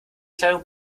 kleidung